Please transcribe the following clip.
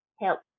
help